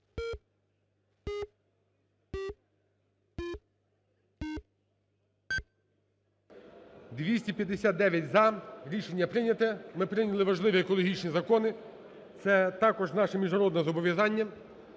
За-259 Рішення прийняте. Ми прийняли важливі екологічні закони, це також наше міжнародне зобов'язання.